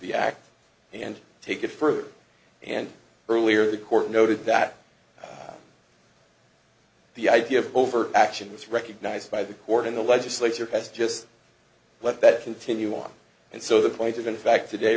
the act and take it further and earlier the court noted that the idea of covert action was recognized by the court in the legislature has just let that continue on and so the point is in fact today